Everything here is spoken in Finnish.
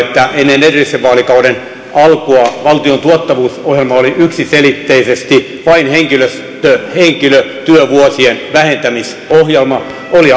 ennen edellisen vaalikauden alkua valtion tuottavuusohjelma oli yksiselitteisesti vain henkilötyövuosien vähentämisohjelma oli